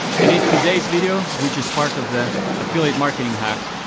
and in today's video, which is part of the affiliate marketing hacks,